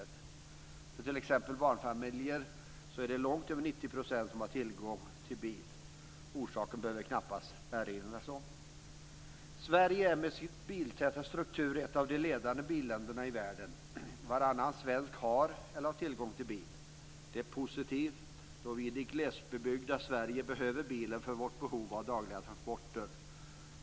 Bland t.ex. barnfamiljerna är det långt över 90 % som har tillgång till bil. Orsaken behöver det knappast erinras om. Sverige med sin biltäta struktur är ett av de ledande billänderna i världen. Varannan svensk har, eller har tillgång till, bil. Detta är positivt då vi i det glesbebyggda Sverige behöver bilen för vårt behov av dagliga transporter.